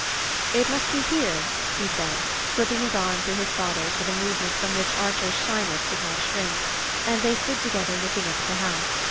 it must be here, he said, slipping his arm through his father's with a movement from which archer's shyness did not shrink and they stood together looking up at the house.